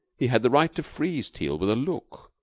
he had the right to freeze teal with a look.